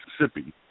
Mississippi